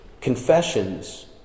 confessions